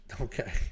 Okay